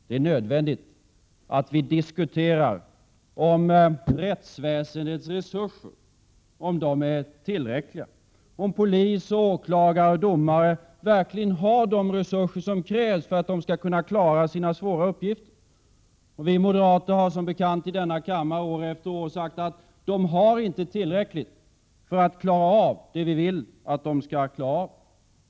Det är nödvändigt att vi diskuterar om rättsväsendets resurser är tillräckliga och om polis, åklagare och domare verkligen har de resurser som krävs för att de skall kunna klara sina svåra uppgifter. Vi moderater har som bekant år efter år sagt i denna kammare att man inte har tillräckliga resurser för att klara av det som man skall klara av.